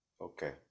Okay